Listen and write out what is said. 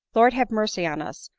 lord have mercy on us!